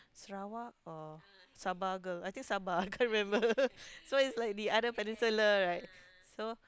Sarawak or Sabah girl I think Sabah I can't remember so is the other peninsula so